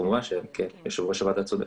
כמובן שיושב ראש הוועדה צודק.